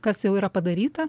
kas jau yra padaryta